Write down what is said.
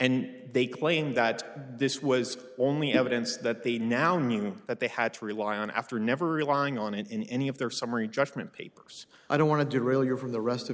and they claim that this was the only evidence that they now knew that they had to rely on after never relying on it in any of their summary judgment papers i don't want to derail your from the rest of